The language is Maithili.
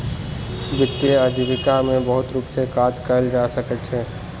वित्तीय आजीविका में बहुत रूप सॅ काज कयल जा सकै छै